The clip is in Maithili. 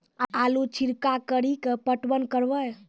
आलू छिरका कड़ी के पटवन करवा?